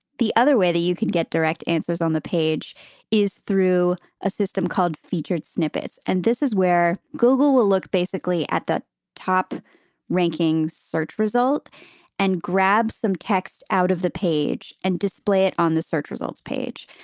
the other way that you can get direct answers on the page is through a system called featured snippets. and this is where google will look basically at the top ranking search result and grab some text out of the page and display it on the search results page.